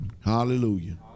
hallelujah